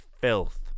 filth